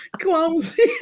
Clumsy